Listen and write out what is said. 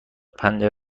پنجره